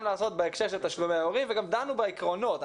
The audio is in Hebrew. לעשות בהקשר של תשלומי הורים וגם דנו בעקרונות.